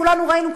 כולנו ראינו,